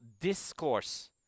discourse